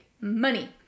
money